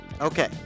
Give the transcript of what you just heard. Okay